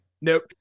Nope